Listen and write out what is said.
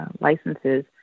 licenses